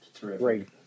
great